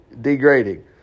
degrading